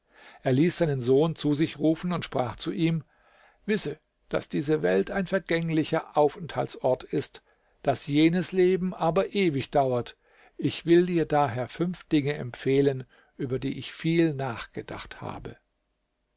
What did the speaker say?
er ließ seinen sohn zu sich rufen und sprach zu ihm wisse daß diese welt ein vergänglicher aufenthaltsort ist daß jenes leben aber ewig dauert ich will dir daher fünf dinge empfehlen über die ich viel nachgedacht habe